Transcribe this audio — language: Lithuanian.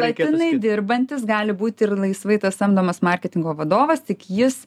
laikinai dirbantis gali būti ir laisvai samdomas marketingo vadovas tik jis